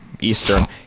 Eastern